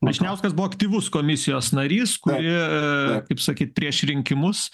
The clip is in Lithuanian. vyšniauskas buvo aktyvus komisijos narys kuri kaip sakyt prieš rinkimus